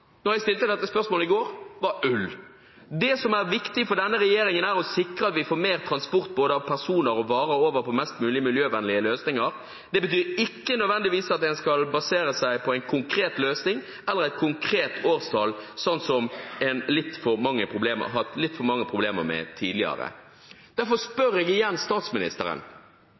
jeg stilte spørsmålet i går, var «ull». Det som er viktig for denne regjeringen, er å sikre at vi får mer transport av både personer og varer over på mest mulig miljøvennlige løsninger. Det betyr ikke nødvendigvis at man skal basere seg på en konkret løsning eller et konkret årstall, sånn som man har hatt litt for mange problemer med tidligere. Derfor spør jeg igjen statsministeren: